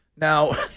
Now